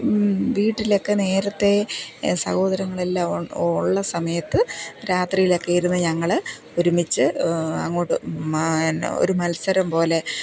വീട്ടിലൊക്ക നേരത്തേ സൗഹോദരളെല്ലാം ഒ ഉള്ള സമയത്ത് രാത്രിയിലക്കെ ഇരുന്ന് ഞങ്ങള് ഒരുമിച്ച് അങ്ങോട്ടും ഒരു മത്സരം പോലെ